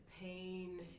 pain